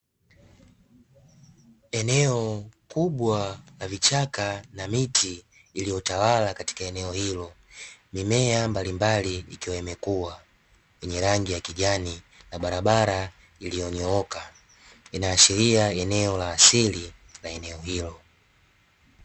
Eneo kubwa la vichaka na miti iliyotawala katika eneo hilo mimea mbalimbali, ikiwa imekua yenye rangi ya kijani na barabara iliyonyooka inaashiria eneo la asili la eneo hilo.